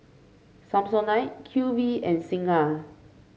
Samsonite Q V and Singha